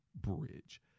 bridge